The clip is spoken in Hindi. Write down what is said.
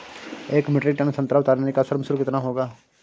एक मीट्रिक टन संतरा उतारने का श्रम शुल्क कितना होगा?